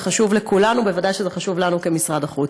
זה חשוב לכולנו, ודאי שזה חשוב לנו כמשרד החוץ.